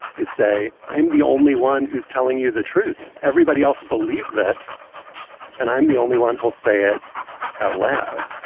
is say i'm the only one who's telling you the truth. everybody else believes this and i'm the only one. he'll say it out loud.